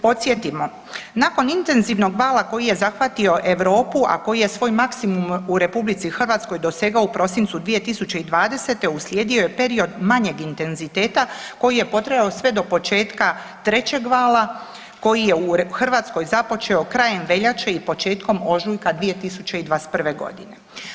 Podsjetimo, nakon intenzivnog vala koji je zahvatio Europu, a koji je svoj maksimum u RH dosegao u prosincu 2020. uslijedio je period manjeg intenziteta koji je potrajao sve do početka trećeg vala koji je u Hrvatskoj započeo krajem veljače i početkom ožujak 2021.g.